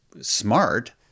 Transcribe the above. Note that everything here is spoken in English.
smart –